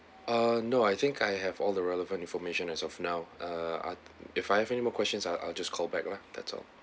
uh no I think I have all the relevant information as of now uh if I have any more questions ah I'll just call back lah that's all